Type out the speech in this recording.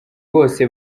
bose